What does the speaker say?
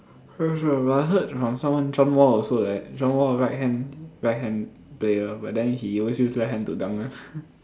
I heard from someone John Wall also like that John Wall right hand right hand player but then he always use left hand to dunk [one]